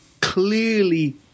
Clearly